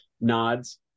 nods